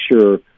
sure